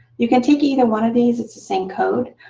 you can take either one of these it's the same code.